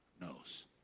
knows